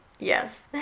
Yes